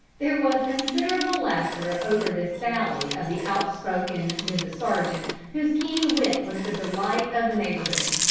there was considerable laughter over this sally of the outspoken mrs. sargent, whose keen wit was the delight of the neighbourhood.